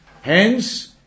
Hence